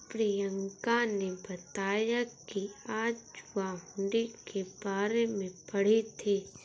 प्रियंका ने बताया कि आज वह हुंडी के बारे में पढ़ी थी